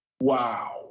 wow